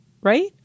right